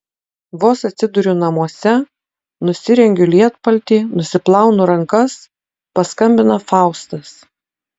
vos atsiduriu namuose nusirengiu lietpaltį nusiplaunu rankas paskambina faustas